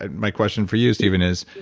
and my question for you stephen is